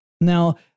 Now